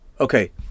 Okay